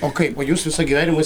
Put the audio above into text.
o kaip o jūs visą gyvenimą